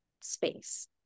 space